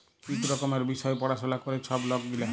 ইক রকমের বিষয় পাড়াশলা ক্যরে ছব লক গিলা